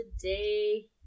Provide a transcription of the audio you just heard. today